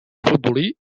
futbolí